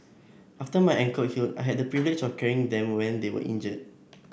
after my ankle healed I had the privilege of carrying them when they were injured